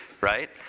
right